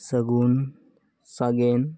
ᱥᱟᱜᱩᱱ ᱥᱟᱜᱮᱱ